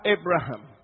Abraham